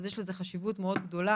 אז יש לזה חשיבות מאוד גדולה.